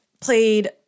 played